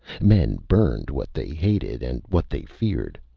men burned what they hated and what they feared.